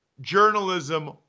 Journalism